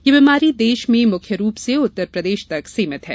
यह बीमारी देश में मुख्य रूप से उत्तरप्रदेश तक सीमित है